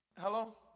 Hello